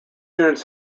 units